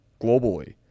globally